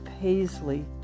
paisley